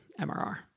MRR